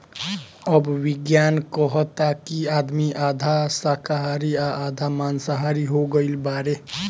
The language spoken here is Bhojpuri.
अब विज्ञान कहता कि आदमी आधा शाकाहारी आ आधा माँसाहारी हो गईल बाड़े